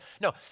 no